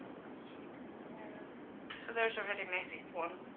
some shading so there's a very messy swan.